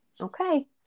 Okay